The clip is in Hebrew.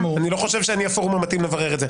אני לא חושב שאני הפורום המתאים לברר את זה.